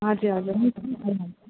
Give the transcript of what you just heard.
हजुर हजुर